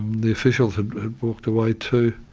the officials had walked away, too.